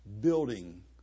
building